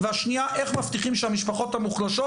השנייה איך מבטיחים שהמשפחות המוחלשות